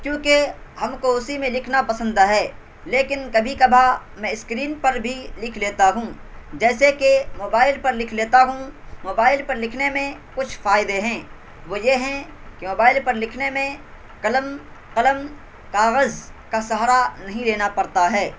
کیونکہ ہم کو اسی میں لکھنا پسند ہے لیکن کبھی کبھار میں اسکرین پر بھی لکھ لیتا ہوں جیسے کہ موبائل پر لکھ لیتا ہوں موبائل پر لکھنے میں کچھ فائدے ہیں وہ یہ ہیں کہ موبائل پر لکھنے میں کلم قلم کاغذ کا سہارا نہیں لینا پڑتا ہے